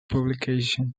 publication